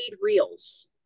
reels